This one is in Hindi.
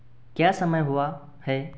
क्या समय हुआ है